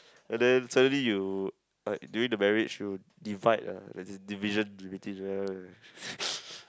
and then suddenly you like during the marriage you divide ah like division